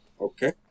Okay